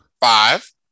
Five